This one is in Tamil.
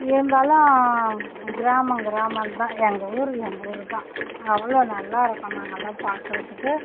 இருந்தாலும் கிராமம் கிராமம் தான் எங்கள் ஊர் எங்கள் ஊர் தான் அவ்வளோ நல்லா இருக்கும் நாங்கெல்லாம் பார்க்கறத்துக்கு